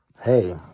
hey